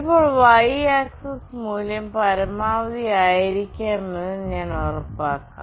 ഇപ്പോൾ y axis മൂല്യം പരമാവധി ആയിരിക്കുമെന്ന് ഞാൻ ഉറപ്പാക്കും